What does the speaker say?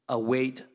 await